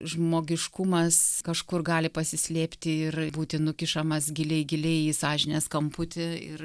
žmogiškumas kažkur gali pasislėpti ir būti nukišamas giliai giliai į sąžinės kamputį ir